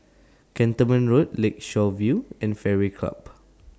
Cantonment Road Lakeshore View and Fairway Club